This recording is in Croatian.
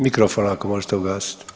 Mikrofon ako možete ugasiti.